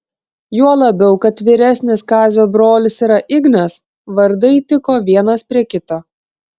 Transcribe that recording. juo labiau kad vyresnis kazio brolis yra ignas vardai tiko vienas prie kito